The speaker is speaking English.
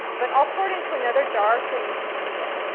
but i'll pour it into another jar so you can see it.